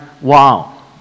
wow